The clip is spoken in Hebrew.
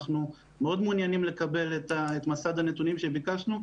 אנחנו מעוניינים מאוד לקבל את מסד הנתונים שביקשנו,